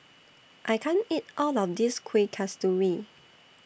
I can't eat All of This Kueh Kasturi